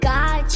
God